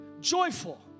joyful